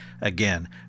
Again